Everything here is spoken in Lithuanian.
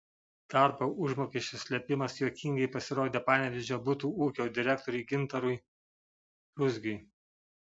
darbo užmokesčio slėpimas juokingai pasirodė panevėžio butų ūkio direktoriui gintarui ruzgiui